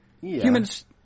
humans